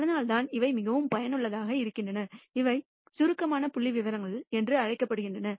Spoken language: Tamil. அதனால்தான் இவை மிகவும் பயனுள்ளதாக இருக்கின்றன அவை சுருக்கமான புள்ளிவிவரங்கள் என்றும் அழைக்கப்படுகின்றன